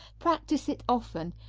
practice it often,